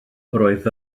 roedd